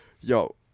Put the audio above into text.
Yo